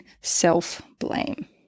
self-blame